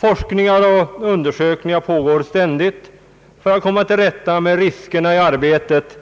Forskning och undersökningar pågår ständigt för att komma till rätta med riskerna i arbetet,